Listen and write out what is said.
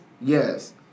Yes